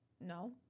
No